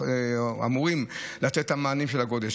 שאמורים לתת את המענים של הגודש,